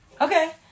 Okay